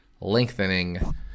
lengthening